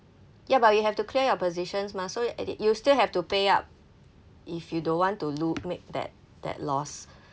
ya but you have to clear your positions mah so at the you still have to pay up if you don't want to lo~ make that that loss